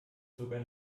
sogar